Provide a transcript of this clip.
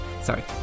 Sorry